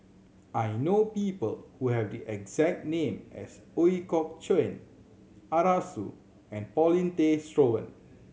I know people who have the exact name as Ooi Kok Chuen Arasu and Paulin Tay Straughan